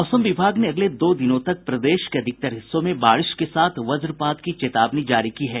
मौसम विभाग ने अगले दो दिनों तक प्रदेश के अधिकतर हिस्सों में बारिश के साथ वज्रपात चेतावनी जारी की है